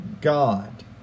God